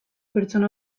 pertsona